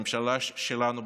הממשלה שלנו,